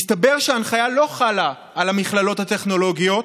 מסתבר שההנחיה לא חלה על המכללות הטכנולוגיות